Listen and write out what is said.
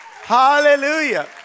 Hallelujah